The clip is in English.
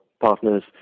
partner's